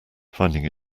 finding